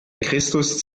christus